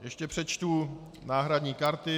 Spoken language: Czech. Ještě přečtu náhradní karty.